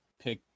pick